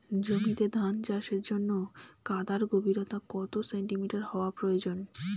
জমিতে ধান চাষের জন্য কাদার গভীরতা কত সেন্টিমিটার হওয়া প্রয়োজন?